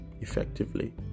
effectively